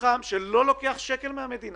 מתחם שלא לוקח שקל מהמדינה.